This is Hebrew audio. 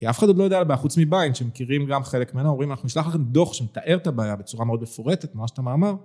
כי אף אחד עוד לא יודע על הבעיה, חוץ מבין, שמכירים גם חלק מן ההורים, אנחנו נשלח לכם דוח שמתאר את הבעיה בצורה מאוד מפורטת, כמו שאתה מאמר.